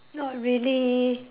not really